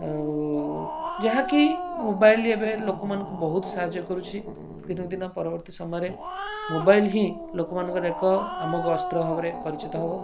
ଆଉ ଯାହାକି ମୋବାଇଲ୍ ଏବେ ଲୋକମାନଙ୍କୁ ବହୁତ ସାହାଯ୍ୟ କରୁଛି ଦିନୁକୁ ଦିନ ପରବର୍ତ୍ତୀ ସମୟରେ ମୋବାଇଲ୍ ହିଁ ଲୋକମାନଙ୍କର ଏକ ଆମୋଘ ଅସ୍ତ୍ର ଭାବରେ ପରିଚିତ ହେବ